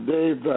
Dave